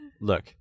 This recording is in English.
Look